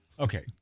Okay